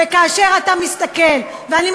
זו לא המטרה של החוק, רויטל, זה לא המטרה של החוק.